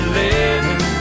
living